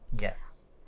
Yes